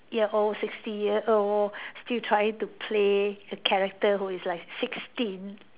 year old sixty year old still trying to play the character who is like sixteen